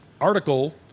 article